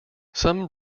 some